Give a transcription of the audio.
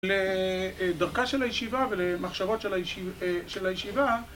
לדרכה של הישיבה ולמחשבות של הישיבה